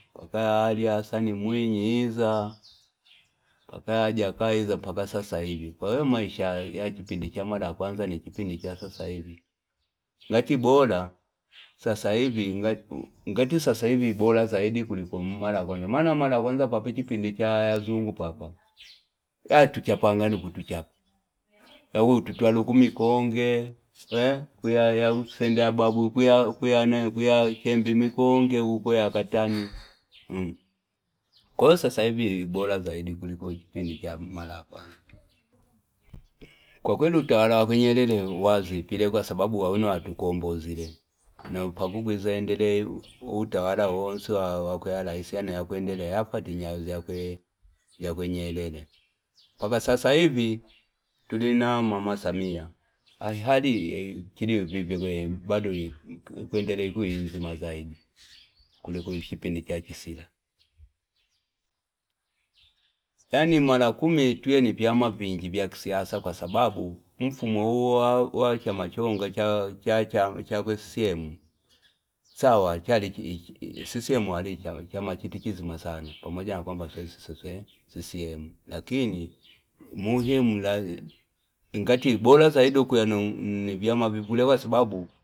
Mpaka ya Alhasani yiza mpaka yajakaya yiza mpaka sasa hiv ko Maisha ya chipindi chamala kwanza nichipindi chasasahiv ngati bora sasa hiv bora, ngati sasa hivi bora zaidi kuliko mara ya kwanza mana mara kwanza pati pindi ya wazungu papa yatuchambanga nakutuchapa yakutuswalu kumikonge yakusenda yababu kuya- kuyane kuyakeni mikonge kuko yakatani ko sasa hiv bora zaidi kuliko chipindi cha marakwanza, kwakweli utawala wakwe Nyerere wazipaire kwasababu aunowatukombozire na mpaka kuzaendalea utawala wensi wakwe yaraisi yano yakwendelea yafata nyayo zyakwe Nyerere mpaka sasahiv tuli na mama samia hali hali ichili ili vivyakwene ikwandelea ukuya inzima zaidi kuliko ni chipindi cha chisila, yaan mara kumi tuye ni vyama vingi vya kisiasa kwasababu mfumo uwa wachama chongochakwe ccm sawa chali ichi ichi ccm wali chama chizipe chizima sana Pamoja kwamba sweswe ccm lakini umuhimu lazima ngati bora zaidi ukuya ni vyama vingi kwasababu.